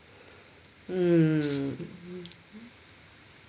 mm